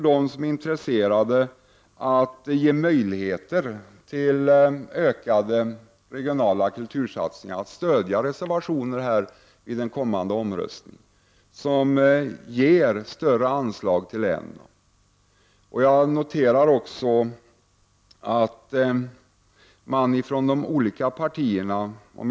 De som är intresserade av att möjliggöra ökade regionala kultursatsningar har nu vid den kommande omröstningen en chans att stödja de reservationer där större anslag till länen begärs.